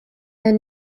der